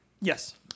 Yes